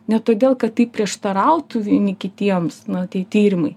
ne todėl kad tai prieštarautų vieni kitiems nu tie tyrimai